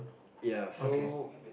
ya so